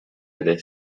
ere